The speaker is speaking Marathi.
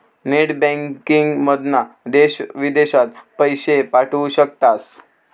नेट बँकिंगमधना देश विदेशात पैशे पाठवू शकतास